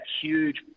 huge